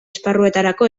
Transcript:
esparruetarako